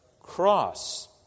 cross